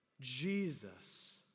Jesus